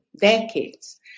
decades